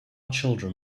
children